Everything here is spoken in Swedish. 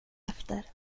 efter